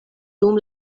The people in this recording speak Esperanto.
dum